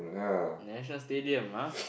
National-Stadium ah